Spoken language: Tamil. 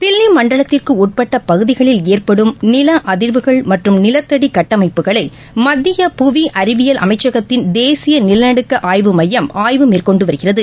தில்லி மண்டலத்திற்கு உட்பட்ட பகுதிகளில் ஏற்படும் நில அதிர்வுகள் மற்றும் நிலத்தடி கட்டமைப்புகளை மத்திய புவி அறிவியல் அமைச்சகத்தின் தேசிய நிலநடுக்க ஆய்வு மையம் ஆய்வு மேற்கொண்டு வருகிறது